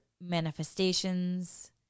manifestations